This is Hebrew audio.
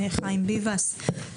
חיים ביבס.